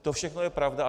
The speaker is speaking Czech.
To všechno je pravda.